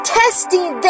testing